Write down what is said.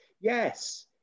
Yes